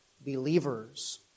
believers